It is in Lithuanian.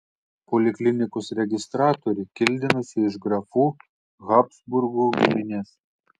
poliklinikos registratorė kildinosi iš grafų habsburgų giminės